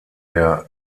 der